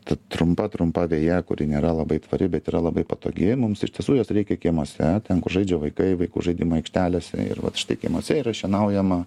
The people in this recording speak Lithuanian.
ta trumpa trumpa veja kuri nėra labai tvari bet yra labai patogi mums iš tiesų jos reikia kiemuose ten kur žaidžia vaikai vaikų žaidimų aikštelėse ir vat štai kiemuose yra šienaujama